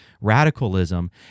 radicalism